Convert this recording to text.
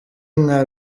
nka